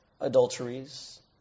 adulteries